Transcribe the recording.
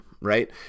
Right